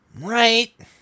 Right